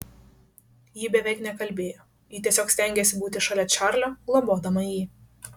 ji beveik nekalbėjo ji tiesiog stengėsi būti šalia čarlio globodama jį